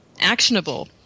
actionable